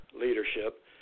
leadership